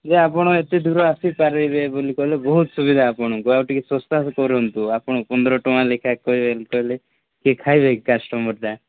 ଟିକେ ଆପଣ ଏତେ ଦୂର ଆସିପାରିବେ ବୋଲି କହିଲେ ବହୁତ ସୁବିଧା ଆପଣଙ୍କୁ ଆଉ ଟିକେ ଶସ୍ତାରେ କରନ୍ତୁ ଆପଣ ପନ୍ଦର ଟଙ୍କା ଲେଖା କହିବେ ବୋଲି କଲେ କିଏ ଖାଇବେ କି କାଷ୍ଟମର୍ଟା